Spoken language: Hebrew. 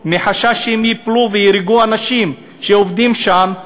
מחשש שהן ייפלו ויהרגו אנשים שעובדים שם,